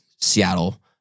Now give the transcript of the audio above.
Seattle